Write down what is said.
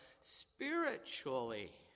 spiritually